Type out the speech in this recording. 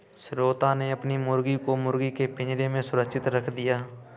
श्वेता ने अपनी मुर्गी को मुर्गी के पिंजरे में सुरक्षित रख दिया